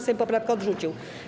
Sejm poprawkę odrzucił.